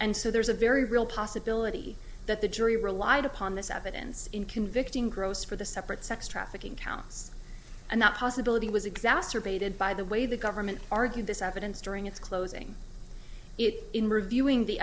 and so there's a very real possibility that the jury relied upon this evidence in convicting gross for the separate sex trafficking counts and that possibility was exacerbated by the way the government argued this evidence during its closing it in reviewing the